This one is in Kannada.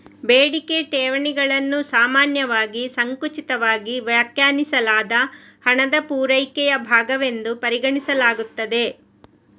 ಬೇಡಿಕೆ ಠೇವಣಿಗಳನ್ನು ಸಾಮಾನ್ಯವಾಗಿ ಸಂಕುಚಿತವಾಗಿ ವ್ಯಾಖ್ಯಾನಿಸಲಾದ ಹಣದ ಪೂರೈಕೆಯ ಭಾಗವೆಂದು ಪರಿಗಣಿಸಲಾಗುತ್ತದೆ